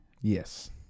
Yes